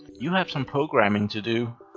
you have some programming to do.